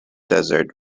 desert